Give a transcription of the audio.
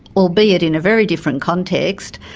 albeit in a very different context,